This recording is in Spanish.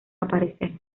aparecer